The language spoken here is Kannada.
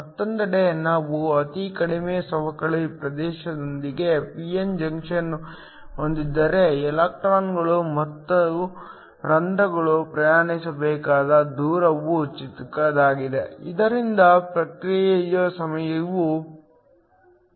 ಮತ್ತೊಂದೆಡೆ ನಾವು ಅತಿ ಕಡಿಮೆ ಸವಕಳಿ ಪ್ರದೇಶದೊಂದಿಗೆ p n ಜಂಕ್ಷನ್ ಹೊಂದಿದ್ದರೆ ಎಲೆಕ್ಟ್ರಾನ್ಗಳು ಮತ್ತು ರಂಧ್ರಗಳು ಪ್ರಯಾಣಿಸಬೇಕಾದ ದೂರವು ಚಿಕ್ಕದಾಗಿದೆ ಇದರಿಂದ ಪ್ರತಿಕ್ರಿಯೆ ಸಮಯವು ವೇಗವಾಗಿರುತ್ತದೆ